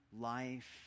life